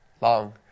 long